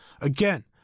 Again